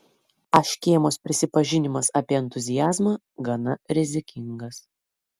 a škėmos prisipažinimas apie entuziazmą gana rizikingas